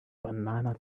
banana